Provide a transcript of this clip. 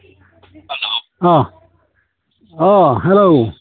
hello